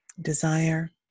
desire